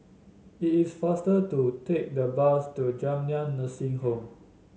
it is faster to take the bus to Jamiyah Nursing Home